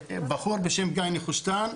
בחור בשם גיא נחושתן,